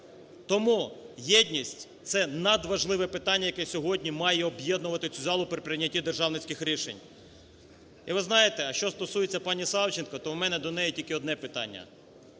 Тому єдність – це надважливе питання, яке сьогодні має об'єднувати цю залу при прийнятті державницьких рішень. І ви знаєте, що стосується пані Савченко, то в мене до неї тільки одне питання.